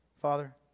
Father